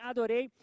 Adorei